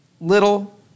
little